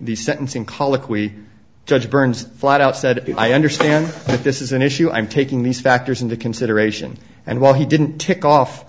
the sentencing colloquy judge burns flat out said i understand that this is an issue i'm taking these factors into consideration and while he didn't tick off